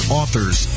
authors